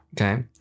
Okay